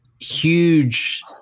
huge